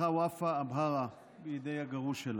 נרצחה ופאא עבאהרה בידי הגרוש שלה.